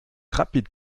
rapide